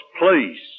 please